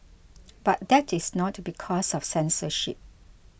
but that is not because of censorship